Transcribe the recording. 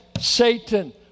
Satan